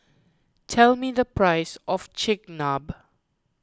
tell me the price of Chigenabe